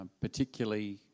particularly